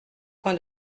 coin